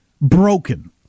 broken